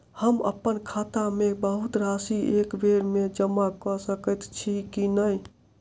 हम अप्पन खाता मे बहुत राशि एकबेर मे जमा कऽ सकैत छी की नै?